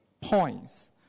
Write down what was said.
points